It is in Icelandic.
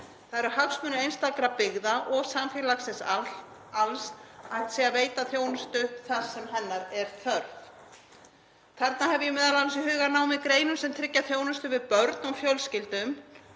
Það eru hagsmunir einstakra byggða og samfélagsins alls að hægt sé að veita þjónustu þar sem hennar er þörf. Þarna hef ég m.a. í huga nám í greinum sem tryggja þjónustu við börn og fjölskyldur,